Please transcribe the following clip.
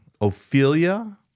Ophelia